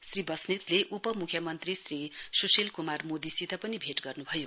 श्री बस्नेतले उपमुख्यमन्त्री श्री सुशिल कुमार मोदीसित पनि भेट गर्नु भयो